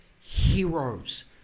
heroes